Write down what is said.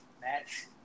match